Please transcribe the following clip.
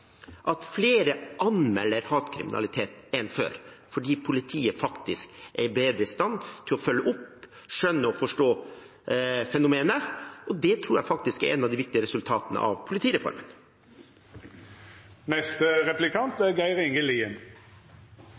at flere enn før anmelder hatkriminalitet, fordi politiet faktisk er bedre i stand til å følge opp, skjønne og forstå fenomenet. Det tror jeg faktisk er et av de viktige resultatene av politireformen.